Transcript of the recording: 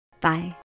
Bye